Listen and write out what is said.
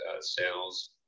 sales